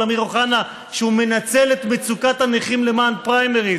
אמיר אוחנה שהוא מנצל את מצוקת הנכים למען פריימריז,